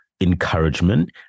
encouragement